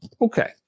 Okay